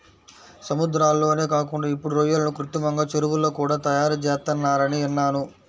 సముద్రాల్లోనే కాకుండా ఇప్పుడు రొయ్యలను కృత్రిమంగా చెరువుల్లో కూడా తయారుచేత్తన్నారని విన్నాను